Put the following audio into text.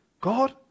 God